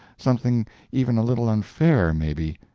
something even a little unfair, maybe,